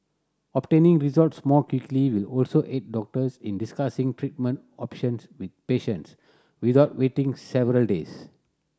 obtaining results more quickly will also aid doctors in discussing treatment options with patients without waiting several days